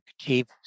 achieve